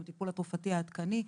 עם הטיפול התרופתי העדכני,